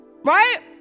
Right